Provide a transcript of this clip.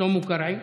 שלמה קרעי.